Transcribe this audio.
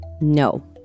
No